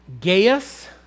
Gaius